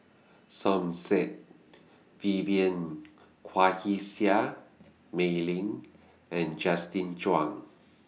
Som Said Vivien Quahe Seah Mei Lin and Justin Zhuang